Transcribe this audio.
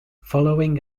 following